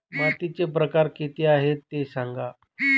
मातीचे प्रकार किती आहे ते सांगा